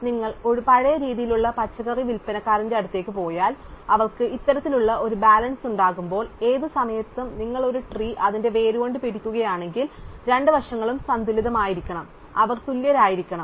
അതിനാൽ നിങ്ങൾ ഒരു പഴയ രീതിയിലുള്ള പച്ചക്കറി വിൽപ്പനക്കാരന്റെ അടുത്തേക്ക് പോയാൽ അവർക്ക് ഇത്തരത്തിലുള്ള ഒരു ബാലൻസ് ഉണ്ടാകുമ്പോൾ ഏത് സമയത്തും നിങ്ങൾ ഒരു ട്രീ അതിന്റെ വേരുകൊണ്ട് പിടിക്കുകയാണെങ്കിൽ രണ്ട് വശങ്ങളും സന്തുലിതമായിരിക്കണം അവർ തുല്യരായിരിക്കണം